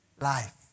life